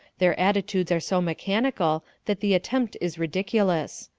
their attitudes are so mechanical that the attempt is ridiculous.